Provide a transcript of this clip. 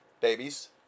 babies